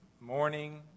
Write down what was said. morning